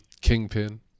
Kingpin